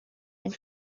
and